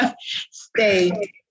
stay